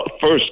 first